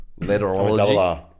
letterology